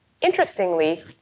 Interestingly